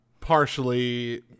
Partially